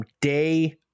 day